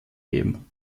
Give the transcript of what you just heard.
geben